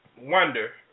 wonder